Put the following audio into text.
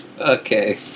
Okay